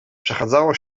przechadzało